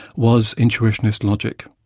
was intuitionist logic.